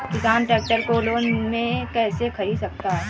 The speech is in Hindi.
किसान ट्रैक्टर को लोन में कैसे ख़रीद सकता है?